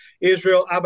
Israel